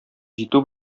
җитү